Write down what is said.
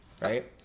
Right